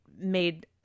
made